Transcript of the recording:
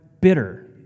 bitter